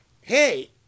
hey